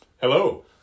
Hello